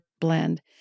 blend